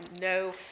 no